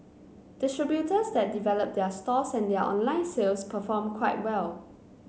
distributors that develop their stores and their online sales perform quite well